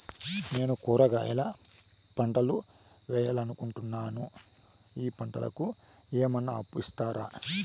నేను కూరగాయల పంటలు వేయాలనుకుంటున్నాను, ఈ పంటలకు ఏమన్నా అప్పు ఇస్తారా?